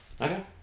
okay